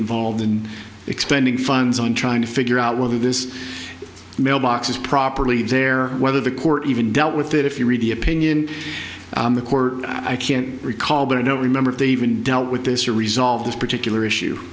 involved in extending funds on trying to figure out whether this mailbox is properly there whether the court even dealt with it if you read the opinion the court i can't recall but i don't remember if they even dealt with this or resolve this particular issue